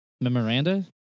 memoranda